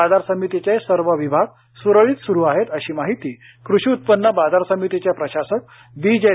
बाजार समितीचे सर्व विभाग सुरळीत सुरू आहेत अशी माहिती कृषी उत्पन्न बाजार समितीचे प्रशासक बी जे